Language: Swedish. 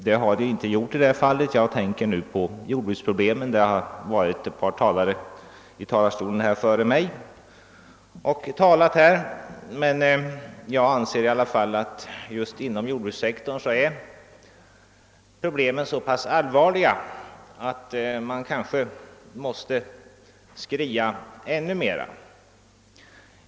Det har den inte gjort i det fall jag tänker på, nämligen jordbruksproblemen. De har berörts av ett par talare i talarstolen före mig, men jag anser i alla fall att problemen just inom jordbrukssektorn är så pass allvarliga att man kanske måste skria ännu mera.